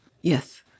Yes